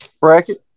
bracket